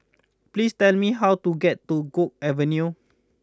please tell me how to get to Guok Avenue